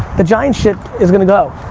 the giants shit is gonna go.